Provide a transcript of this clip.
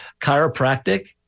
chiropractic